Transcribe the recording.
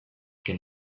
ken